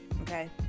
Okay